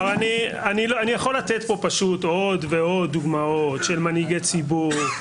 אני יכול לתת פה פשוט עוד ועוד דוגמאות של מנהיגי ציבור,